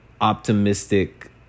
Optimistic